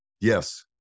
Yes